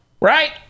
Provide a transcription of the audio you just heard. Right